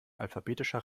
alphabetischer